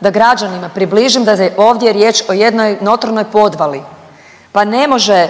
da građanima približim da je ovdje riječ o jednoj notornoj podvali. Pa ne može